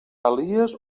elies